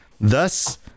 Thus